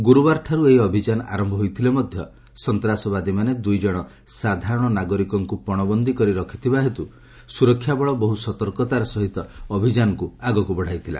ଗୁରୁବାରଠାରୁ ଏହି ଅଭିଯାନ ଆରମ୍ଭ ହୋଇଥିଲେ ମଧ୍ୟ ସନ୍ତାସବାଦୀମାନେ ଦୁଇଜଣ ସାଧାରଣ ନାଗରିକଙ୍କୁ ପଶବନ୍ଦୀ କରି ରଖିଥିବା ହେତୁ ସୁରକ୍ଷାବଳ ବହୁ ସତର୍କତାର ସହିତ ଅଭିଯାନକୁ ଆଗକୁ ବଢ଼ାଇଥିଲା